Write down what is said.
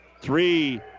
Three